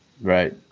Right